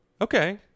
Okay